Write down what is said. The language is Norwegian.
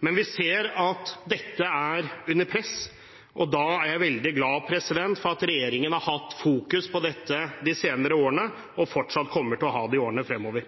Men vi ser at dette er under press, og da er jeg veldig glad for at regjeringen har hatt fokus på dette de senere årene og fortsatt kommer til å ha det i årene fremover.